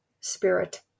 spirit